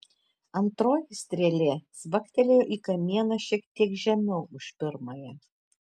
antroji strėlė cvaktelėjo į kamieną šiek tiek žemiau už pirmąją